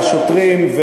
והשוטרים,